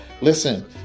listen